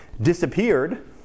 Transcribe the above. disappeared